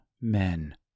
men